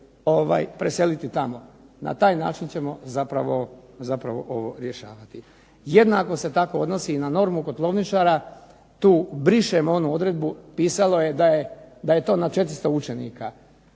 preseliti tamo. Na taj način ćemo zapravo ovo rješavati. Jednako se tako odnosi i na normu kotlovničara, tu brišemo onu odredbu pisalo je da je to na 400 učenika.